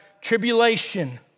tribulation